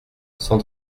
cent